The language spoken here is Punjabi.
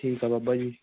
ਠੀਕ ਆ ਬਾਬਾ ਜੀ